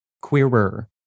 Queerer